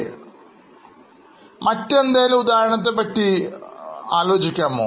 ഇപ്പോൾ നിങ്ങൾക്ക് മറ്റ് ഏതെങ്കിലും ഉദാഹരണങ്ങളെ കുറിച്ച് പറയാമോ